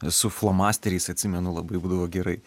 su flomasteriais atsimenu labai būdavo gerai